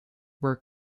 were